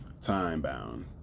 Time-bound